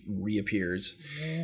reappears